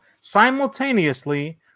simultaneously